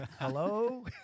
Hello